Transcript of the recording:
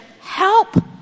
help